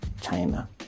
China